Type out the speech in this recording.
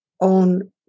on